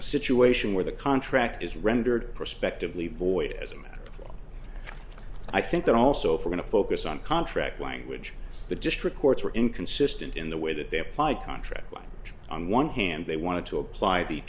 a situation where the contract is rendered prospectively void as a matter i think that also for going to focus on contract language the district courts are inconsistent in the way that they apply contract one on one hand they want to apply the